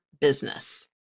business